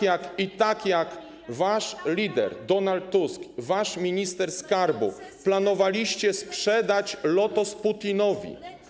I tak jak wasz lider Donald Tusk, wasz minister skarbu, planowaliście sprzedaż Lotosu Putinowi.